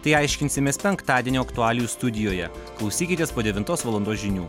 tai aiškinsimės penktadienio aktualijų studijoje klausykitės po devintos valandos žinių